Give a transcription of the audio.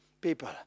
people